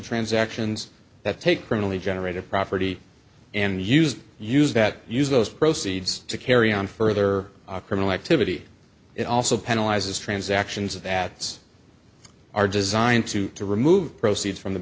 transactions that take criminally generated property and used use that use those proceeds to carry on further criminal activity it also penalizes transactions of ads are designed to to remove proceeds from the